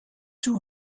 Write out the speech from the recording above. two